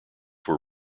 were